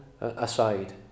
aside